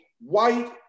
white